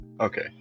okay